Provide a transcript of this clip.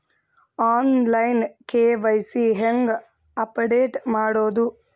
On line KYC ಹೇಂಗ update ಮಾಡೋದು?